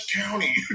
County